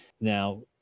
Now